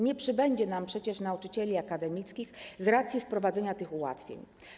Nie przybędzie nam przecież nauczycieli akademickich z racji wprowadzenia tych ułatwień.